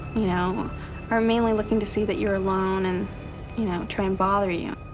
you know are mainly looking to see that you're alone and you know try and bother you.